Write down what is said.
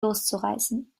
loszureißen